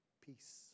Peace